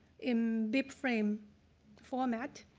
in bibframe format,